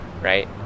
right